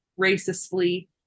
racistly